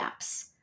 apps